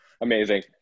Amazing